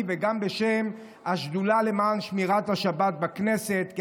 וגם בשם השדולה למען שמירת השבת בכנסת.